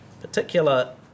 particular